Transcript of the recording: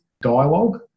dialogue